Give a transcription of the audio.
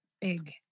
Big